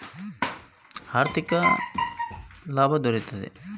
ಹೂಡಿಕೆ ಮಾಡುವುದರಿಂದ ನನಗೇನು ಲಾಭ?